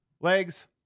Legs